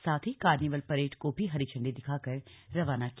साथ ही carnival parade को भी हरी झंडी दिखाकर रवाना किया